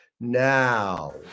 now